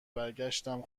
برگشتم